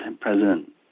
President